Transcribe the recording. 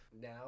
Now